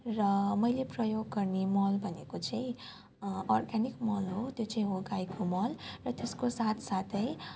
र मैले प्रयोग गर्ने मल भनेको चाहिँ अर्गेनिक मल हो त्यो चाहिँ हो गाईको मल र त्यसको साथसाथै